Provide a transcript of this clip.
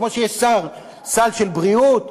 כמו שיש סל של בריאות,